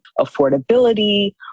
affordability